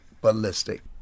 ballistic